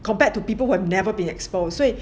compared to people who have never been exposed 所以